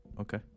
Okay